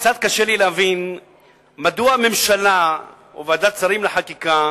קצת קשה לי להבין מדוע הממשלה או ועדת שרים לחקיקה